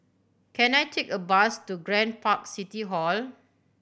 can I take a bus to Grand Park City Hall